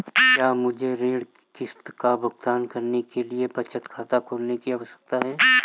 क्या मुझे ऋण किश्त का भुगतान करने के लिए बचत खाता खोलने की आवश्यकता है?